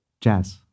Jazz